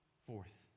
Fourth